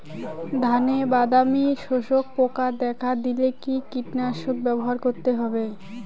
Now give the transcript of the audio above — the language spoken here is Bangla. ধানে বাদামি শোষক পোকা দেখা দিলে কি কীটনাশক ব্যবহার করতে হবে?